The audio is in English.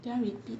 do you want repeat